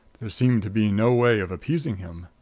there seemed to be no way of appeasing him.